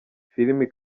filimi